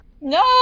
No